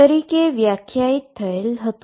તરીકે વ્યાખ્યાયિત થયેલ છે